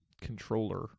controller